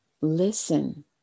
Listen